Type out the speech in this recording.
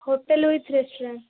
hotel with restaurant